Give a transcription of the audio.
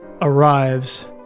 arrives